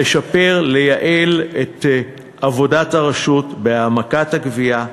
לשפר, לייעל את עבודת הרשות בהעמקת הגבייה,